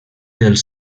dels